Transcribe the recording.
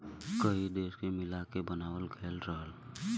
कई देश के मिला के बनावाल गएल रहल